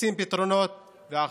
רוצים פתרונות ועכשיו.